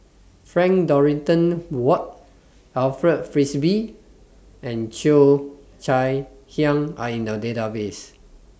Frank Dorrington Ward Alfred Frisby and Cheo Chai Hiang Are in The Database